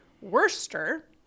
Worcester